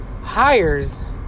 hires